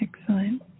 Excellent